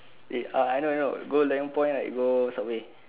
wait uh I know I know go loyang point right go subway